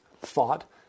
thought